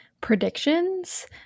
predictions